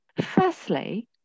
firstly